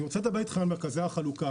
אני רוצה לדבר על מרכזי החלוקה.